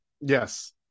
yes